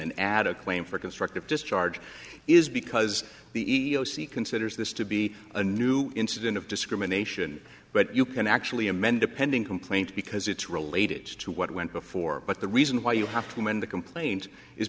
and add a claim for constructive discharge is because the e e o c considers this to be a new incident of discrimination but you can actually amend depending complaint because it's related to what went before but the reason why you have to amend the complaint is